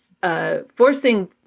Forcing